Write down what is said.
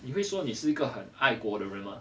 你会说你是一个很爱国的人吗